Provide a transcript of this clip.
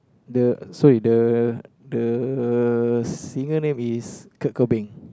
the sorry the the singer name is Kurt-Cobain